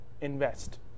invest